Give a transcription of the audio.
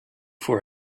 for